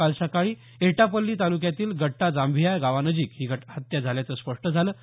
काल सकाळी एटापछी तालुक्यातील गट्टा जांभिया गावानजीक ही हत्या झाल्याचं स्पष्ट झालं आहे